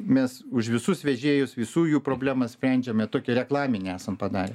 mes už visus vežėjus visų jų problemas sprendžiame tokį reklaminį esam padarę